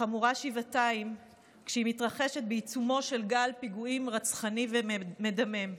אך חמורה שבעתיים כשהיא מתרחשת בעיצומו של גל פיגועים רצחני ומדמם.